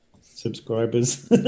subscribers